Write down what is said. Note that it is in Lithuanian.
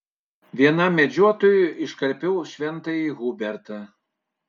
vienam medžiotojui iškarpiau šventąjį hubertą